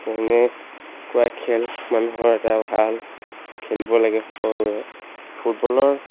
তেনেকুৱা খেল মানুহৰ এটা ভাল খেলিব লাগে সকলোৱে ফুটবলৰ